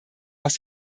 aus